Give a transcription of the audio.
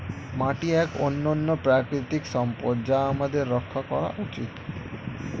মাটি এক অনন্য প্রাকৃতিক সম্পদ যা আমাদের রক্ষা করা উচিত